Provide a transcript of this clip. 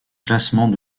classement